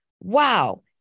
Wow